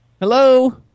Hello